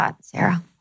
Sarah